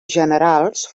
generals